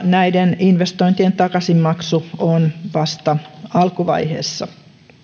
näiden investointien takaisinmaksu on vasta alkuvaiheessa